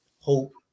hope